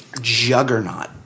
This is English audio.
juggernaut